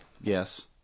Yes